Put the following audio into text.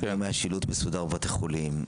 עד היום היה שילוט מסודר בבתי חולים,